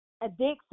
Addiction